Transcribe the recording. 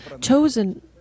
chosen